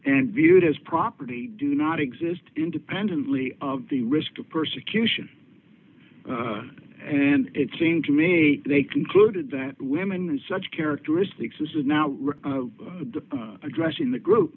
and viewed as property do not exist independently of the risk of persecution and it seemed to me they concluded that women and such characteristics is not addressing the group